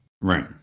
Right